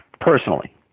personally